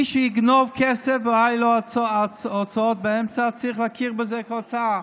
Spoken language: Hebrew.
מי שיגנוב כסף והיו לו הוצאות באמצע צריך להכיר בזה כהוצאה.